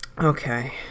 okay